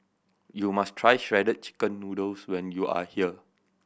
you must try Shredded Chicken Noodles when you are here